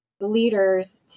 leaders